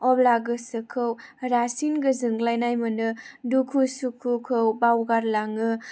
अब्ला गोसोखौ रासिन गोजोनग्लायनाय मोनो दुखु सुखुखौ बावगारलाङो